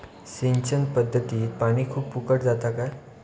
सिंचन पध्दतीत पानी खूप फुकट जाता काय?